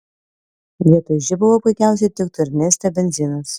vietoj žibalo puikiausiai tiktų ir neste benzinas